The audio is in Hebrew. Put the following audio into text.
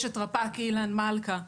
יש את רפ"ק אילן מלכה,